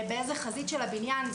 באיזה חזית של הבניין.